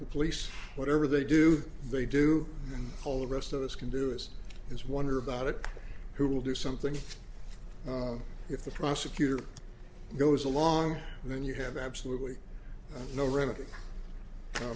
the police whatever they do they do all the rest of us can do it as wonder about it who will do something if the prosecutor goes along and then you have absolutely no re